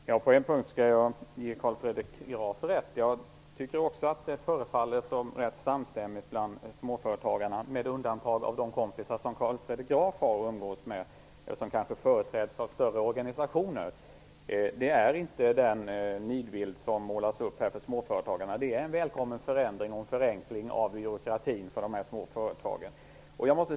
Fru talman! På en punkt skall jag ge Carl Fredrik Graf rätt. Jag tycker också att det förefaller rätt samstämmigt bland småföretagarna med undantag av de kompisar som Carl Fredrik Graf har och umgås med. De företräds kanske av större organisationer. Den nidbild som målas upp här för småföretagarna stämmer inte. Detta är en välkommen förändring och en förenkling av byråkratin för de små företagen.